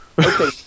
Okay